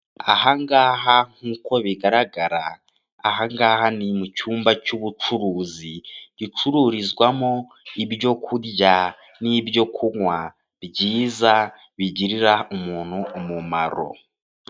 Aha ngaha nk'uko bigaragara aha ngaha ni mu cyumba cy'ubucuruzi, gicururizwamo ibyo kurya n'ibyo kunywa byiza bigirira umuntu umumaro.